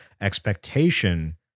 expectation